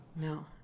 No